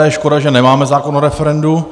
Je škoda, že nemáme zákon o referendu.